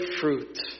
fruit